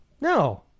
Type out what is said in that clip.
no